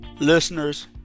listeners